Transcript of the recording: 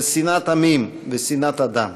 של שנאת עמים ושנאת אדם.